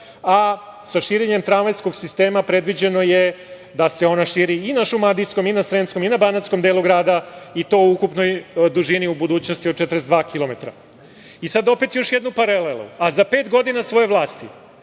Sa širenjem tramvajskog sistema predviđeno je da se ona širi i na šumadijskom i na sremskom i na banatskom delu grada i to u ukupnoj dužini u budućnosti od 42 kilometra. Sada opet još jednu paralelu. Za pet godina svoje vlasti